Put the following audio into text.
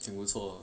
挺不错 hor